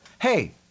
hey